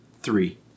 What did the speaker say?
three